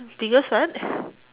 biggest what